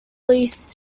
leased